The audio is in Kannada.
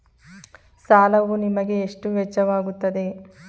ಸಾಲವು ನಿಮಗೆ ಎಷ್ಟು ವೆಚ್ಚವಾಗುತ್ತದೆ?